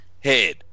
head